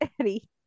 Eddie